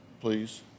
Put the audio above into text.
please